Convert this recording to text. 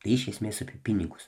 tai iš esmės yra pinigus